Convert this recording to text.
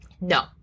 No